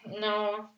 no